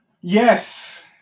Yes